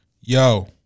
Yo